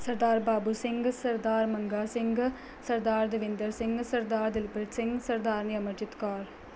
Sardar Babu Singh Sardar Manga Singh Sardar Davinder Singh Sardar Dilpreet Singh Sardarni Amarjeet Kaur